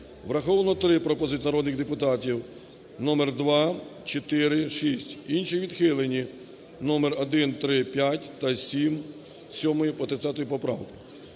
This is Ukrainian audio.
Враховано три пропозиції народних депутатів: номер 2, 4, 6. Інші відхилені: номер 1, 3, 5 та з 7-ї по 30-у поправку.